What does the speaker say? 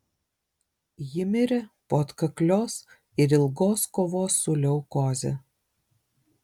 ji mirė po atkaklios ir ilgos kovos su leukoze